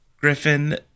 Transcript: Griffin